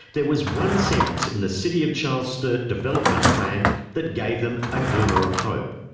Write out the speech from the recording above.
there was one sentence in the city of charles sturt development plan that gave them a glimmer of hope.